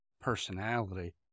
personality